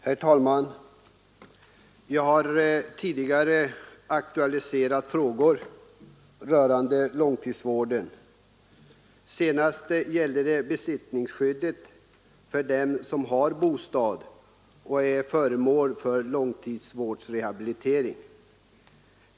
Herr talman! Jag har tidigare aktualiserat frågor rörande långtidsvården. Senast gällde det besittningsskyddet för den som har bostad och är föremål för långtidsvårdsrehabilitering.